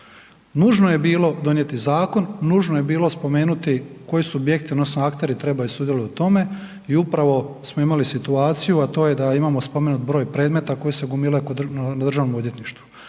Nužno je bilo donijeti zakon, nužno je bilo spomenuti koji subjekti odnosno akteri trebaju sudjelovati u tome i upravo smo imali situaciju, a to je da imamo spomenut broj predmeta koje se gomilaju na državnom odvjetništvu.